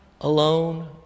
alone